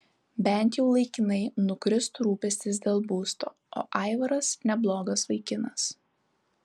bent jau laikinai nukristų rūpestis dėl būsto o aivaras neblogas vaikinas